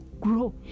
grow